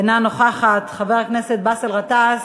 אינה נוכחת, חבר הכנסת באסל גטאס,